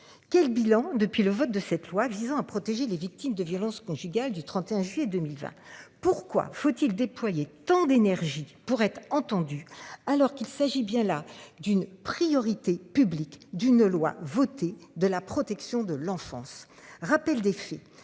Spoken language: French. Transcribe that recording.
Quel bilan depuis le vote de cette loi visant à protéger les victimes de violences conjugales du 31 juillet 2020. Pourquoi faut-il déployer tant d'énergie pour être entendu alors qu'il s'agit bien là d'une priorité publique d'une loi votée de la protection de l'enfance, rappel des faits.